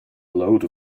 load